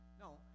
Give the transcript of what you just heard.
No